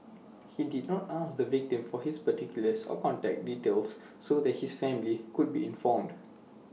he did not ask the victim for his particulars or contact details so that his family could be informed